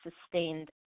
sustained